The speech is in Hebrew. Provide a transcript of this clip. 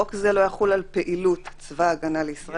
(ג) חוק זה לא יחול על פעילות צבא-ההגנה לישראל,